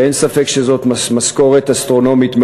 שאין ספק שזאת משכורת אסטרונומית,